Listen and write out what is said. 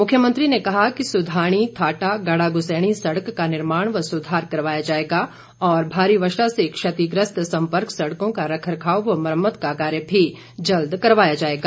मुख्यमंत्री ने कहा कि सुधाणी थाटा गाड़ाग्सैणी सड़क का निर्माण व सुधार करवाया जाएगा और भारी वर्षा से क्षतिग्रस्त सम्पर्क सड़कों का रखरखाव व मुरम्मत कार्य भी जल्द करवाया जाएगा